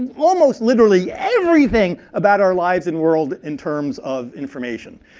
almost literally everything about our lives and world in terms of information.